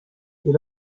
est